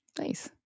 Nice